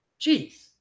Jeez